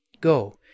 Go